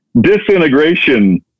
disintegration